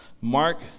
Mark